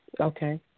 Okay